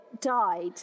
died